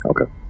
Okay